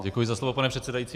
Děkuji za slovo, pane předsedající.